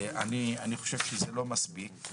אני חושב שזה לא מספיק.